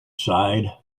sighed